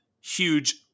huge